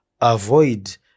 avoid